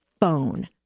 phone